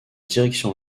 direction